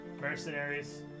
Mercenaries